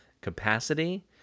capacity